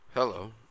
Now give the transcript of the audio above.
Hello